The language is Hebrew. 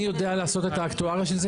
אני יודע לעשות את האקטואריה של זה?